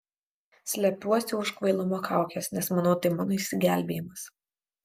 slepiuosi už kvailumo kaukės nes manau tai mano išsigelbėjimas